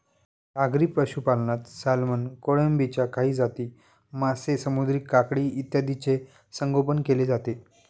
सागरी पशुपालनात सॅल्मन, कोळंबीच्या काही जाती, मासे, समुद्री काकडी इत्यादींचे संगोपन केले जाते